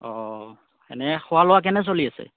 অ এনে খোৱা লোৱা কেনে চলি আছে